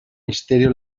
misterio